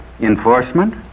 Enforcement